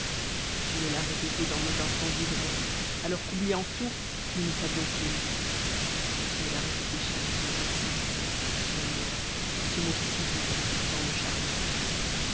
tu me l'as répété dans nos instants d'ivresse alors qu'oubliant tout nous ne savions qu'aimer tu me l'as répété chaque jour et sans cesse ce mot ce mot si doux qui sut tant me charmer